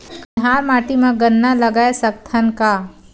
कन्हार माटी म गन्ना लगय सकथ न का?